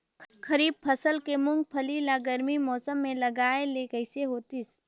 खरीफ फसल के मुंगफली ला गरमी मौसम मे लगाय ले कइसे होतिस?